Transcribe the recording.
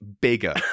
bigger